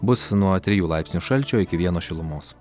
bus nuo trijų laipsnių šalčio iki vieno šilumos